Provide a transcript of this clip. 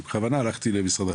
אני בכוונה הלכתי למשרד הזה,